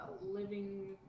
living